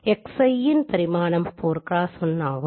X ன் பரிமாணம் 4x1 ஆகும்